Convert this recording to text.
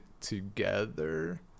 together